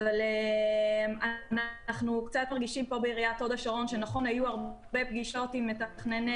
אבל אנחנו מרגישים בעיריית הוד השרון שאמנם היו הרבה פגישות עם מתכנני